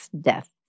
death